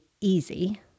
easy